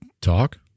talk